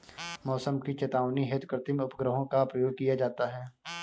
मौसम की चेतावनी हेतु कृत्रिम उपग्रहों का प्रयोग किया जाता है